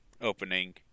opening